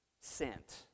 sent